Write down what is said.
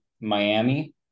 Miami